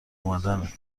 اومدنت